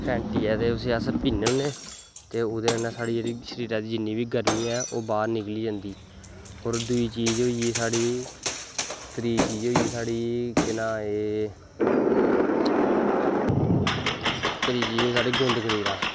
फैंटियै ते अस उसी पीने होने ते ओह्दै कन्नै साढ़ी जेह्ड़ी शरीरा दी गर्मी ऐ ओह् बाह्र निकलली जंदी और दुई चीज़ होई साढ़ी त्रीह् चीज़ होई साढ़ी केह् नांऽ एह् त्रीह् चीज़ आई साढ़ी गुंद गदीरा